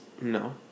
No